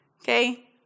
Okay